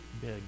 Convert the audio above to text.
big